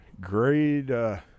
great